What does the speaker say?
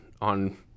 on